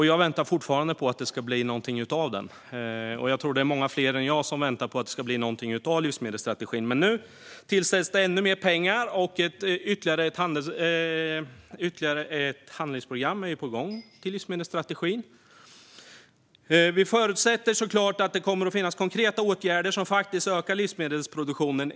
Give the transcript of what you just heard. Jag väntar fortfarande på att det ska bli något av livsmedelsstrategin, och jag tror att det är många fler än jag som väntar på att det ska bli någonting av den. Men nu tillsätts ännu mer pengar, och ytterligare ett handlingsprogram är på gång för livsmedelsstrategin. Vi förutsätter självklart att det i denna handlingsplan kommer att finnas konkreta åtgärder som faktiskt ökar livsmedelsproduktionen.